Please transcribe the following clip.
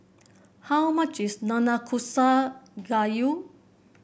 how much is Nanakusa Gayu